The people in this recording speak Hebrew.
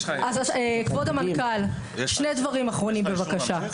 כבוד המנכ"ל, שני דברים אחרונים, בבקשה.